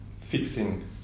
fixing